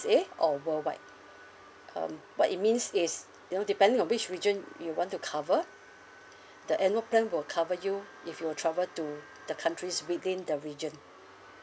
or worldwide um what it means is you know depending on which region you want to cover the annual plan will cover you if you will travel to the countries within the region